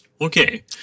Okay